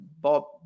Bob